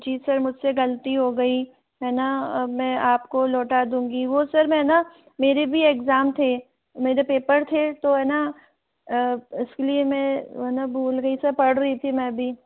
जी sir मुझसे गलती हो गई है न मैं आपको लौटा दूंगी वो सर मैं न मेरे भी एग्ज़ाम थे मेरे पेपर थे तो है न इसलिए मैं है न भूल गई सर पढ़ रही थी मैं भी